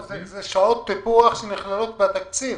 זה שעות טיפוח שנכללות בתקציב,